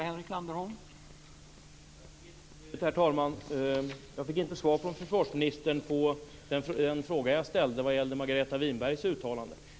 Herr talman! Jag fick inget svar från försvarsministern på den fråga jag ställde vad gällde Margareta Winbergs uttalande.